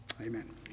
Amen